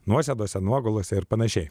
nuosėdose nuogulose ir panašiai